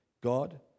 God